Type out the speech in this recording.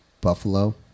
Buffalo